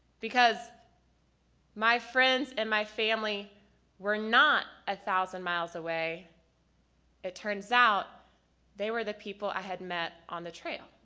because my friends and my family were not a thousand miles away it turns out they were the people i had met on the trail.